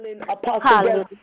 Apostle